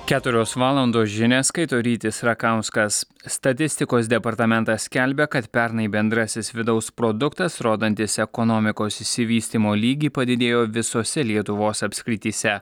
keturios valandos žinias skaito rytis rakauskas statistikos departamentas skelbia kad pernai bendrasis vidaus produktas rodantis ekonomikos išsivystymo lygį padidėjo visose lietuvos apskrityse